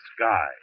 sky